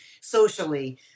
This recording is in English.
socially